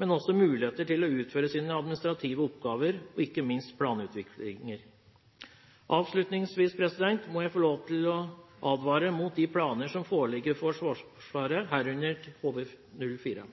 men også muligheter til å utføre sine administrative oppgaver og ikke minst planutvikling. Avslutningsvis må jeg få lov til å advare mot de planer som foreligger for Forsvaret, herunder HV-04.